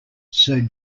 sir